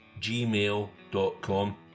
gmail.com